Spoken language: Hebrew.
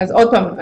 אז עוד פעם,